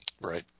Right